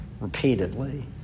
repeatedly